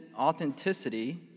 authenticity